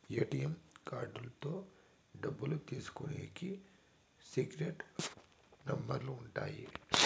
ATM కార్డుతో డబ్బులు తీసుకునికి సీక్రెట్ నెంబర్లు ఉంటాయి